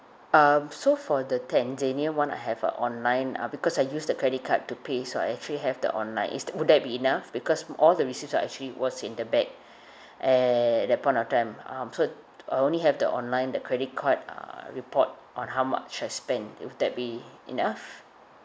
um so for the tanzania one I have a online ah because I used the credit card to pay so I actually have the online is th~ would that be enough because all the receipts are actually was in the bag at that point of time um so I only have the online the credit card uh report on how much I spent if would that'd be enough